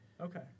Okay